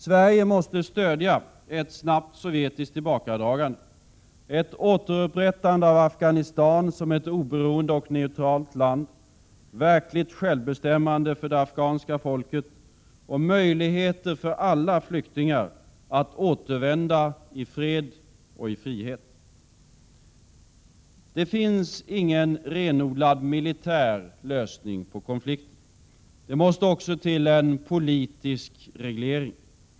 Sverige måste stödja ett snabbt sovjetiskt tillbakadragande, ett återupprättande av Afghanistan som ett oberoende och neutralt land, verkligt självbestämmande för det afghanska folket och möjligheter för alla flyktingar att återvända till fred och frihet. Det finns ingen renodlad militär lösning på konflikten. Det måste också till en politisk reglering.